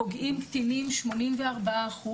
פוגעים קטינים 84%,